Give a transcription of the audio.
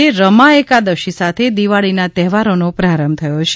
આજે રમા એકાદશી સાથે દિવાળીના તહેવારોનો પ્રારંભ થયો છે